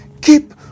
Keep